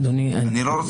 אני יודע